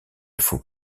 faut